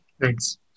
thanks